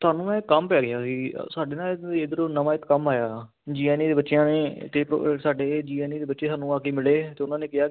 ਤੁਹਾਨੂੰ ਇਹ ਕੰਮ ਪੈ ਰਿਹਾ ਸੀ ਸਾਡੇ ਨਾਲ ਇੱਧਰੋਂ ਨਵਾਂ ਇੱਕ ਕੰਮ ਆਇਆ ਜੀਐਨਏ ਦੇ ਬੱਚਿਆਂ ਨੇ ਸਾਡੇ ਜੀਐਨਏ ਦੇ ਬੱਚੇ ਸਾਨੂੰ ਆ ਕੇ ਮਿਲੇ ਅਤੇ ਉਹਨਾਂ ਨੇ ਕਿਹਾ